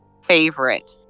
favorite